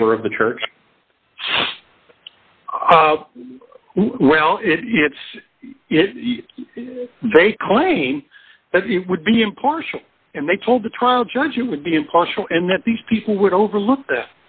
favor of the church well it's they claim that it would be impartial and they told the trial judge it would be impartial and that these people would overlook that